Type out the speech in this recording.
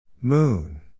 Moon